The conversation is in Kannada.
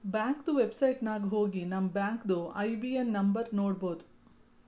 ಬ್ಯಾಂಕ್ದು ವೆಬ್ಸೈಟ್ ನಾಗ್ ಹೋಗಿ ನಮ್ ಬ್ಯಾಂಕ್ದು ಐ.ಬಿ.ಎ.ಎನ್ ನಂಬರ್ ನೋಡ್ಬೋದ್